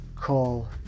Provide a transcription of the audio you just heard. call